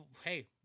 hey